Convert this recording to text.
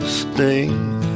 sting